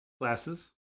Glasses